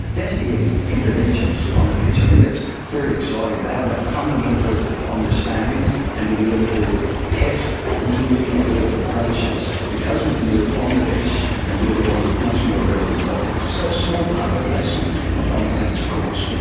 investigating interventions on the bench. i think that's very exciting, to have that fundamental understanding and to be able to test new innovative approaches because we can do it on the bench and do it it on much more relevant models. so small part replacement, not whole brains of course.